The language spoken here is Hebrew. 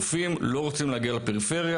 רופאים לא רוצים להגיע לפריפריה,